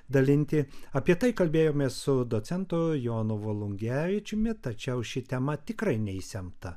dalinti apie tai kalbėjomės su docentu jonu volungevičiumi tačiau ši tema tikrai neišsemta